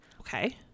Okay